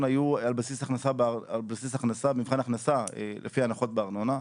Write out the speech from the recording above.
היו על בסיס הכנסה לפי הנחות בארנונה,